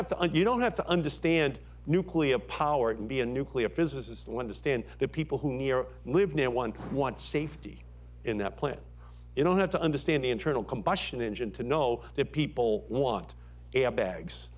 have to you don't have to understand nuclear power to be a nuclear physicist want to stand the people who live near one want safety in the planet you don't have to understand the internal combustion engine to know that people want bags